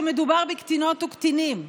כשמדובר בקטינות וקטינים.